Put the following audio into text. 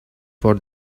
for